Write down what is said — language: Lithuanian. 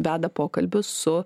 veda pokalbius su